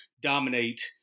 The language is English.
dominate